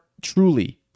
truly